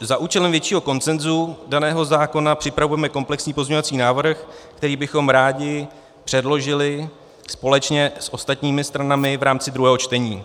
Za účelem většího konsenzu daného zákona připravujeme komplexní pozměňovací návrh, který bychom rádi předložili společně s ostatními stranami v rámci druhého čtení.